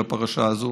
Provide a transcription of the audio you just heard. של הפרשה הזאת,